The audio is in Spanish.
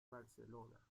barcelona